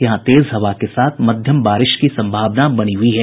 यहां तेज हवा के साथ मध्यम बारिश की सम्भावना बनी हुई है